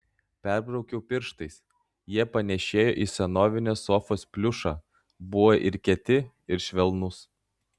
perbraukiau pirštais jie panėšėjo į senovinės sofos pliušą buvo ir kieti ir švelnūs